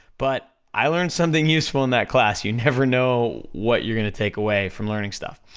but i learned something useful in that class, you never know what you're gonna take away from learning stuff.